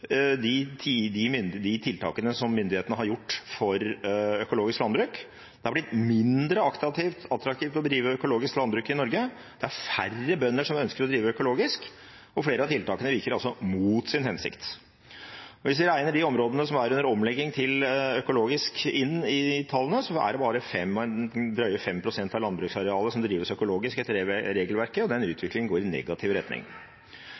de tiltakene som myndighetene har gjort for økologisk landbruk. Det har blitt mindre attraktivt å drive økologisk landbruk i Norge. Det er færre bønder som ønsker å drive økologisk, og flere av tiltakene virker altså mot sin hensikt. Hvis vi regner de områdene som er under omlegging til økologisk, inn i tallene, er det bare drøye 5 pst. av landbruksarealet som drives økologisk etter regelverket, og den utviklingen går i negativ retning.